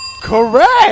Correct